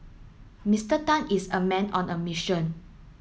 Mister Tan is a man on a mission